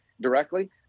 directly